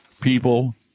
people